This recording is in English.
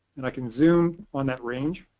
and i can zoom on that range